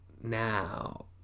now